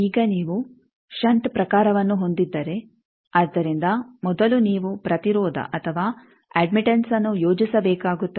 ಈಗ ನೀವು ಷಂಟ್ ಪ್ರಕಾರವನ್ನು ಹೊಂದಿದ್ದರೆ ಆದ್ದರಿಂದ ಮೊದಲು ನೀವು ಪ್ರತಿರೋಧ ಅಥವಾ ಅಡ್ಮಿಟೆಂಸ್ಅನ್ನು ಯೋಜಿಸಬೇಕಾಗುತ್ತದೆ